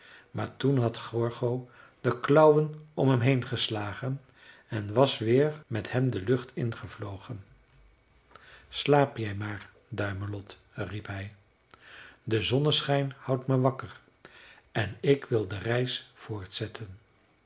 maar toen had gorgo de klauwen om hem heen geslagen en was weer met hem de lucht ingevlogen slaap jij maar duimelot riep hij de zonneschijn houdt me wakker en ik wil de reis voortzetten